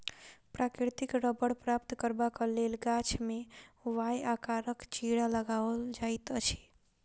प्राकृतिक रबड़ प्राप्त करबाक लेल गाछ मे वाए आकारक चिड़ा लगाओल जाइत अछि